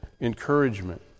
encouragement